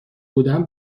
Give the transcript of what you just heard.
بودم